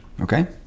Okay